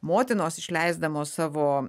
motinos išleisdamos savo